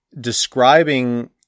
describing